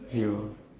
zero